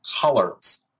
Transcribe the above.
colors